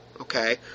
Okay